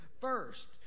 first